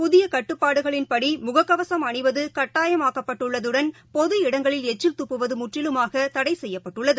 புதியக் கட்டுப்பாடுகளின்படிமுகக்கவசம் அணிவதுகட்டாயமாக்கப்பட்டுள்ளதுடன் பொது இடங்களில் எச்சில் துப்புவதுமுற்றிலுமாகதடைசெய்யப்பட்டுள்ளது